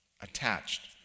attached